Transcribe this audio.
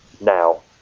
now